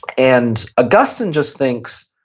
and augustine just thinks